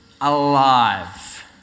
alive